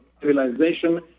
civilization